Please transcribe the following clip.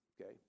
Okay